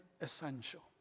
essential